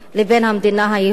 לבין המדינה היהודית.